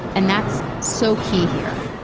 and that's so key here.